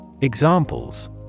Examples